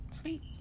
Sweet